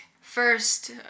first